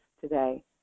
today